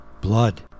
Blood